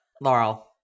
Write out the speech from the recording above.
Laurel